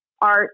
art